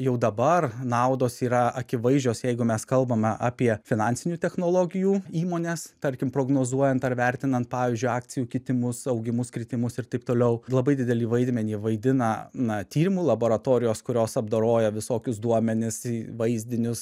jau dabar naudos yra akivaizdžios jeigu mes kalbame apie finansinių technologijų įmones tarkim prognozuojant ar vertinant pavyzdžiui akcijų kitimus augimus kritimus ir taip toliau labai didelį vaidmenį vaidina na tyrimų laboratorijos kurios apdoroja visokius duomenis į vaizdinius